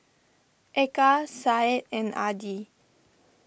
Eka Said and Adi